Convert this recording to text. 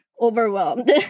overwhelmed